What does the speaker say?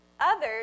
Others